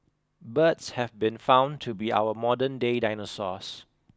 birds have been found to be our modernday dinosaurs